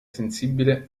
sensibile